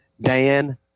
Dan